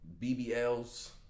BBLs